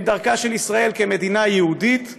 דרכה של ישראל כמדינה יהודית ודמוקרטית,